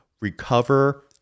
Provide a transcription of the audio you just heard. recover